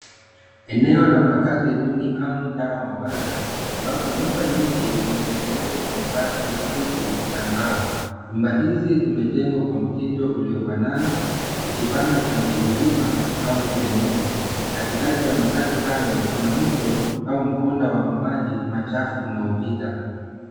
Eneo la maakazi duni au mtaa wa mabanda ambapo nyuma nyingi zimetengenezwa kwa mabati ya kutu na mbao. Nyumba hizi zimejengwa kwa mtindo uliyobanana ikipanda kwenye vilima au mteremko. Katikati ya makaazi hayo kuna mto au mkondo wa maji machafu unaopita.